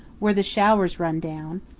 where the showers run down,